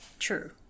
true